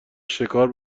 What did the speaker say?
شکار